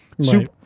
Super